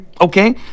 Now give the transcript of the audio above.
okay